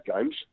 games